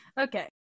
okay